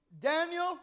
Daniel